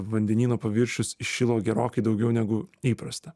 vandenyno paviršius įšilo gerokai daugiau negu įprasta